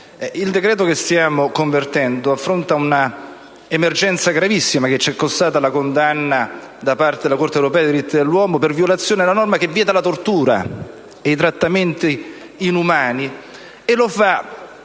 ci apprestiamo a convertire in legge affronta un'emergenza gravissima, che ci è costata la condanna da parte della Corte europea dei diritti dell'uomo per violazione della norma che vieta la tortura e i trattamenti inumani, e lo fa,